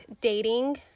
dating